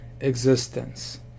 existence